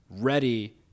ready